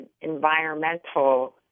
environmental